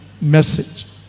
message